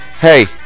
hey